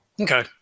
okay